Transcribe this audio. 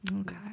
okay